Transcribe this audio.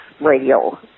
radio